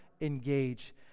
engage